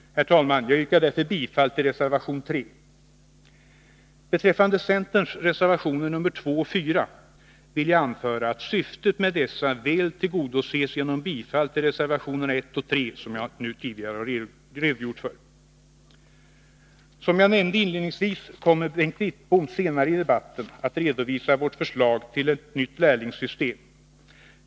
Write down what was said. Herr talman! Jag yrkar därför bifall till reservation 3. Beträffande centerns reservationer nr 2 och 4 vill jag anföra, att syftet med dessa väl tillgodoses genom bifall till reservationerna 1 och 3, som jag tidigare har redogjort för. Som jag nämnde inledningsvis kommer Bengt Wittbom senare i debatten att redovisa vårt förslag till ett nytt lärlingssystem.